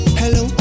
hello